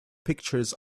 pictures